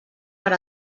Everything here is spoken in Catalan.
per